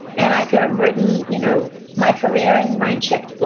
and i could've written you know my career in my check, but